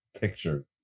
picture